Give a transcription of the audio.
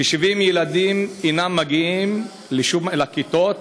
כ-70 ילדים אינם מגיעים אל הכיתות